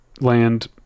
land